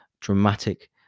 dramatic